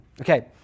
Okay